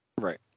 Right